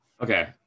Okay